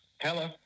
Hello